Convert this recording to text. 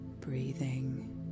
breathing